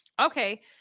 Okay